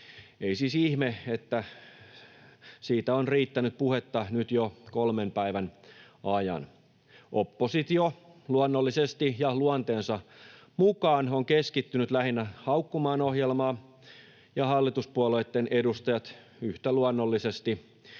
Ei siis ihme, että siitä on riittänyt puhetta nyt jo kolmen päivän ajan. Oppositio luonnollisesti ja luonteensa mukaan on keskittynyt lähinnä haukkumaan ohjelmaa, ja hallituspuolueitten edustajat yhtä luonnollisesti